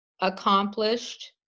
accomplished